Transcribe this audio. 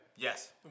Yes